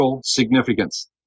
significance